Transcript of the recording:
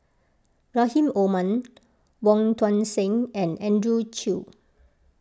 Rahim Omar Wong Tuang Seng and Andrew Chew